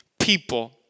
people